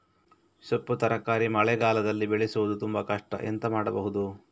ಸೊಪ್ಪು ತರಕಾರಿ ಮಳೆಗಾಲದಲ್ಲಿ ಬೆಳೆಸುವುದು ತುಂಬಾ ಕಷ್ಟ ಎಂತ ಮಾಡಬಹುದು?